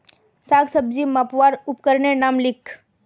साग सब्जी मपवार उपकरनेर नाम लिख?